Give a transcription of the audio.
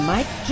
Mike